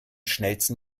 schnellsten